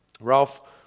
Ralph